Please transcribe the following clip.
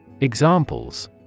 Examples